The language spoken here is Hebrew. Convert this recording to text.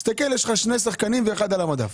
תסתכל, יש לך שני שחקנים ואחד על המדף.